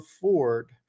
Ford